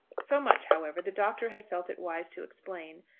so much, however, the doctor had felt it wise to explain,